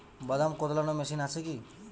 বাদাম কদলানো মেশিন আছেকি?